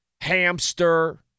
hamster